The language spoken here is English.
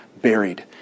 buried